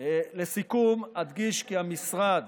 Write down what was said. ס"א הישיבה